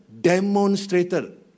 demonstrated